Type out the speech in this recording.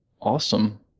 Awesome